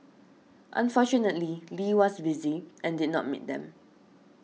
unfortunately Lee was busy and did not meet them